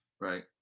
right